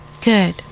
Good